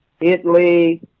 Italy